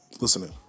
listening